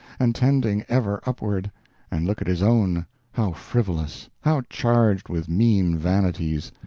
and tending ever upward and look at his own how frivolous, how charged with mean vanities,